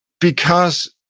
because